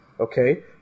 Okay